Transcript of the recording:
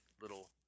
little